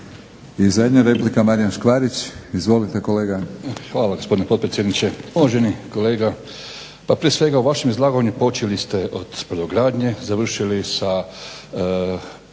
I zadnja replika Marijan Škvarić. Izvolite kolega. **Škvarić, Marijan (HNS)** Hvala gospodine potpredsjedniče. Uvaženi kolega pa prije svega u vašem izlaganju počeli ste od brodogradnje, završili sa